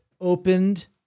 opened